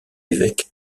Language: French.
évêque